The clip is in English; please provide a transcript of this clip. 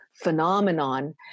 phenomenon